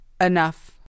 Enough